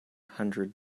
hundred